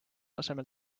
asemel